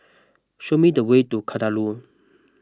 show me the way to Kadaloor